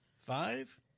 five